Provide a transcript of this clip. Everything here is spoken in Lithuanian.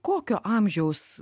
kokio amžiaus